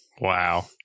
Wow